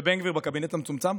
ובן גביר בקבינט המצומצם?